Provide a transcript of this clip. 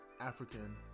african